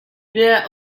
they’re